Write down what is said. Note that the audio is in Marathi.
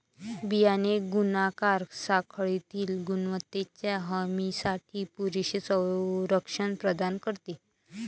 बियाणे गुणाकार साखळीतील गुणवत्तेच्या हमीसाठी पुरेसे संरक्षण प्रदान करते